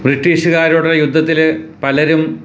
ബ്രിട്ടീഷുകാരുടെ യുദ്ധത്തില് പലരും